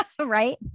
right